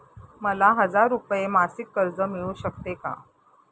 मला हजार रुपये मासिक कर्ज मिळू शकते का?